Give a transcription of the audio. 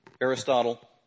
Aristotle